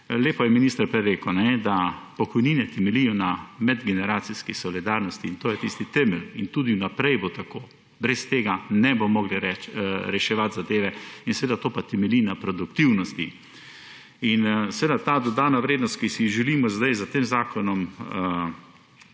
Lepo je minister prej rekel, da pokojnine temeljijo na medgeneracijski solidarnosti, in to je tisti temelj in tudi v naprej bo tako, brez tega ne bomo mogli reševati zadeve. To pa seveda temelji na produktivnosti. Ta dodana vrednost, ki si jo zdaj želimo s tem zakonom